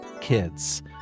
kids